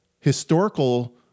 historical